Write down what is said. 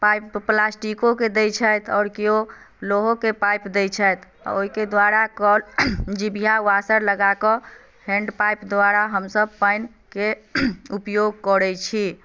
pipe प्लास्टिको के दै छथि आओर केओ लोहो के पाइप दै छथि आओर ओहिके द्वारा कल जीभिया वाशर लगाक हैंड पाइप द्वारा हमसब पानि के उपयोग करै छी